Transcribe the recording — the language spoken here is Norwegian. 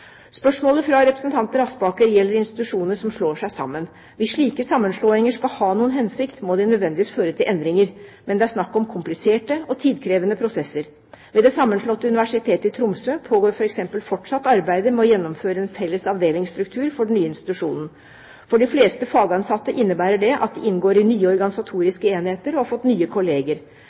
Spørsmålet fra representanten Aspaker gjelder institusjoner som slår seg sammen. Hvis slike sammenslåinger skal ha noen hensikt, må det nødvendigvis føre til endringer. Men det er snakk om kompliserte og tidkrevende prosesser. Ved det sammenslåtte Universitetet i Tromsø pågår f.eks. fortsatt arbeidet med å gjennomføre en felles avdelingsstruktur for den nye institusjonen. For de fleste fagansatte innebærer det at de inngår i nye organisatoriske enheter og har fått nye kolleger.